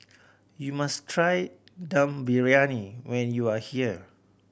you must try Dum Briyani when you are here